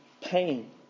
Pain